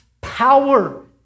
power